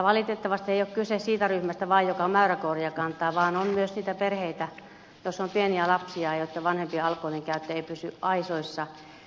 valitettavasti kyse ei ole vain siitä ryhmästä joka mäyräkoiria kantaa vaan on myös niitä perheitä joissa on pieniä lapsia joitten vanhempien alkoholinkäyttö ei pysy aisoissa